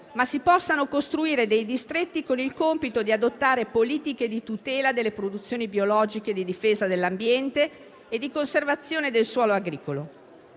ma si possano anche costruire dei distretti con il compito di adottare politiche di tutela delle produzioni biologiche, di difesa dell'ambiente e di conservazione del suolo agricolo.